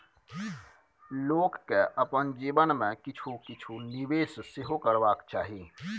लोककेँ अपन जीवन मे किछु किछु निवेश सेहो करबाक चाही